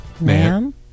Ma'am